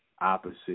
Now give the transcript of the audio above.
opposite